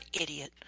Idiot